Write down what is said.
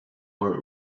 were